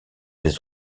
des